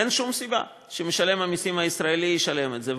אין שום סיבה שמשלם המסים הישראלי ישלם את זה.